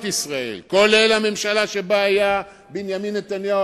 לרבות הממשלה שבה היה בנימין נתניהו,